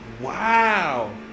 Wow